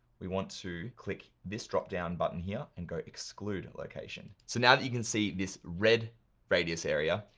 we want to click this drop down button here, and go exclude location. so now that you can see this red radius area,